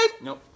Nope